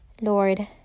Lord